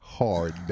Hard